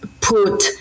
put